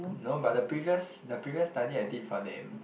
no but the previous the previous study I did for them